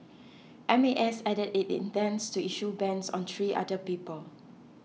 M A S added it intends to issue bans on three other people